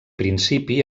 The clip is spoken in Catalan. principi